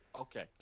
Okay